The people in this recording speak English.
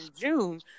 June